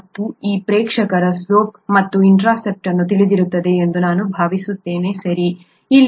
ಮತ್ತು ಈ ಪ್ರೇಕ್ಷಕರು ಸ್ಲೋಪ್ ಮತ್ತು ಇಂಟರ್ಸೆಪ್ಟ್ ಅನ್ನು ತಿಳಿದಿರುತ್ತಾರೆ ಎಂದು ನಾನು ಭಾವಿಸುತ್ತೇನೆ ಸರಿ